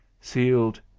Sealed